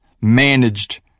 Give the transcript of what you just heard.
managed